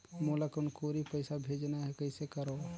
मोला कुनकुरी पइसा भेजना हैं, कइसे करो?